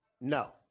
No